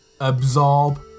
absorb